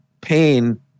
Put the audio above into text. pain